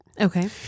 Okay